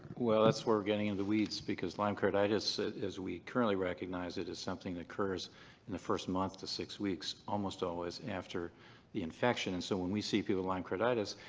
well, that's where we're getting in the weeds, because lyme carditis as we currently recognize it is something that occurs in the first month to six weeks almost always after the infection. and so when we see people with lyme carditis,